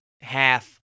half